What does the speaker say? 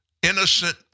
Innocent